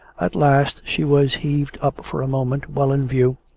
at last, she was heaved up for a moment well in view,